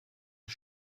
wir